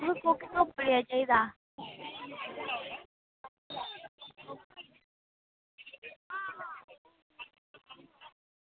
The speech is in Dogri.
तुसें कोह्की कंपनी दा चाहिदा